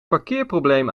parkeerprobleem